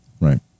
Right